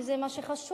וזה מה שחשוב,